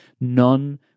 none